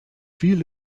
viel